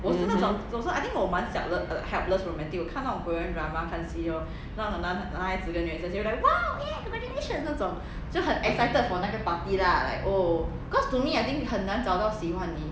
mmhmm